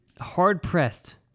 hard-pressed